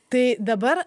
tai dabar